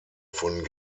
von